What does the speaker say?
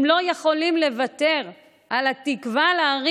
הם לא יכולים לוותר על התקווה להרים